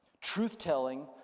Truth-telling